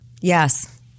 yes